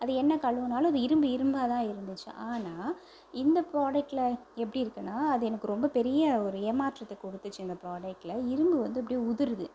அது என்ன கழுவினாலும் அது இரும்பு இரும்பாக தான் இருந்துச்சு ஆனால் இந்த ப்ராடக்ட்ல எப்படி இருக்குதுனா அது எனக்கு ரொம்ப பெரிய ஒரு ஏமாற்றத்தை கொடுத்துச்சு அந்த ப்ராடக்ட்ல இரும்பு வந்து அப்படியே உதிருது